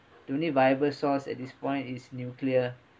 the only viable source at this point is nuclear